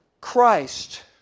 Christ